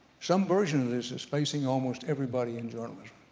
some version of this is facing almost everybody in journalism,